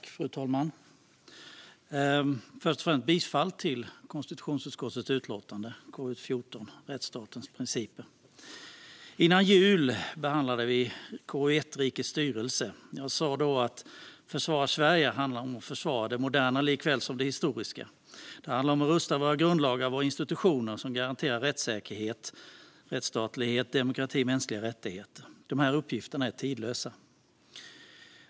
Fru talman! Först och främst yrkar jag bifall till konstitutionsutskottets förslag i utlåtandet KU14 Rättsstatens principer . Före jul behandlade vi Kul Rikets styrelse . Jag sa då att försvara Sverige handlar om att försvara det moderna likaväl som det historiska. Det handlar om att rusta våra grundlagar och våra institutioner som garanterar rättssäkerhet, rättsstatlighet, demokrati och mänskliga rättigheter. Dessa uppgifter är tidlösa.